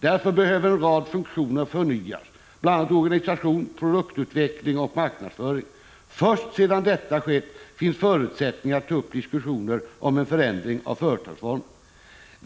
Därför behöver en rad funktioner förnyas, bla organisation, produktutveckling och marknadsföring. Först sedan detta skett finns förutsättningar att ta upp diskussioner om en förändring av företagsformen.